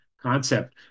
concept